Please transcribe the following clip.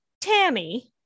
Tammy